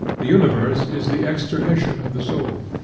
the universe is the externization of the soul.